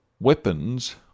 weapons